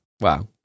Wow